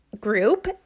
group